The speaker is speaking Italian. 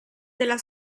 della